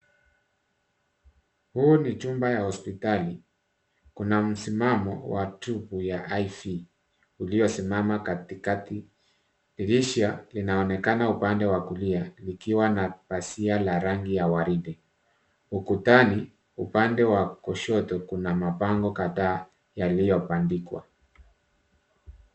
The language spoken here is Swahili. Huu ni chumba ya hospitali. Kuna msimamo wa tube ya IC uliosimama katikati. Dirisha linaonekana upande wa kulia likiwa na pazia la rangi ya waridi. Ukutani, upande wa kushoto kuna mabango kadhaa yaliyobandikwa.